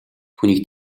түүнийг